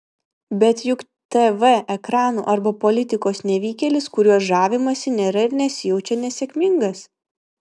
bet juk tv ekranų arba politikos nevykėlis kuriuo žavimasi nėra ir nesijaučia nesėkmingas